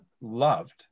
loved